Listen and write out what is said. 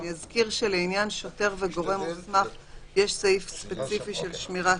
אזכיר שלעניין שוטר וגורם מוסמך יש סעיף ספציפי של שמירת